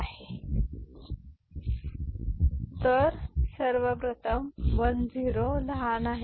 D d x q r तर या सर्व प्रथम 1 0 लहान आहे